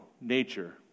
nature